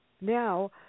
now